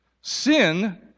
Sin